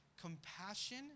Compassion